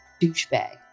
douchebag